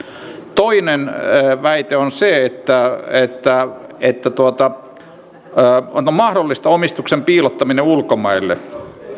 toinen väite on se että onko mahdollista omistuksen piilottaminen ulkomaille